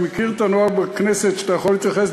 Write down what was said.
אני מכיר את הנוהג בכנסת שאתה יכול להתייחס